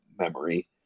memory